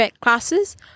classes